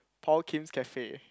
Paul Kim's cafe